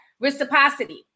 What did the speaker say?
reciprocity